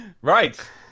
Right